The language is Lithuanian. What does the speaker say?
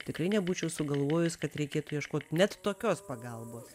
tikrai nebūčiau sugalvojus kad reikėtų ieškot net tokios pagalbos